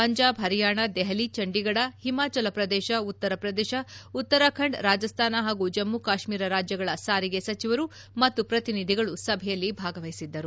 ಪಂಜಾಬ್ ಪರಿಯಾಣ ದೆಹಲಿ ಚಂಡೀಗಢ ಹಿಮಾಚಲ ಪ್ರದೇಶ ಉತ್ತರ ಪ್ರದೇಶ ಉತ್ತರಾಖಂಡ್ ರಾಜಸ್ಥಾನ ಹಾಗೂ ಜಮ್ಮು ಕಾಶ್ಮೀರ ರಾಜ್ಯಗಳ ಸಾರಿಗೆ ಸಚಿವರು ಮತ್ತು ಪ್ರತಿನಿಧಿಗಳು ಸಭೆಯಲ್ಲಿ ಭಾಗವಹಿಸಿದ್ದರು